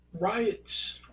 Riots